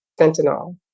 fentanyl